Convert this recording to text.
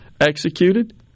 executed